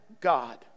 God